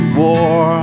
war